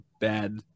bad